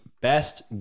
best